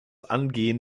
angehen